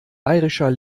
bayerischer